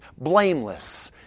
blameless